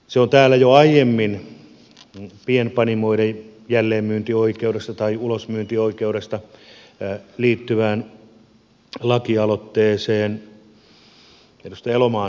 se on jatkoa tänne jo aiemmin edustaja elomaan toimesta tuotuun pienpanimoiden jälleenmyyntioikeuteen tai ulosmyyntioikeuteen liittyvään lakialoitteeseen